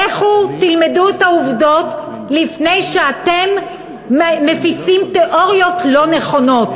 לכו תלמדו את העובדות לפני שאתם מפיצים תיאוריות לא נכונות.